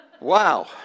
Wow